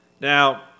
Now